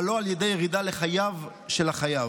אבל לא על ידי ירידה לחייו של החייב.